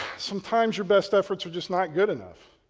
sometimes your best efforts are just not good enough.